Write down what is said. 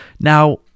Now